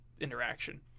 interaction